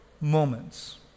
moments